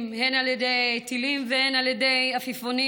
הן על ידי טילים והן על ידי עפיפונים,